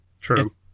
True